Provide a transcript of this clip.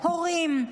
הורים,